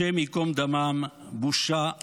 השם ייקום דמם, בושה לכם.